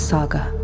Saga